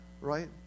right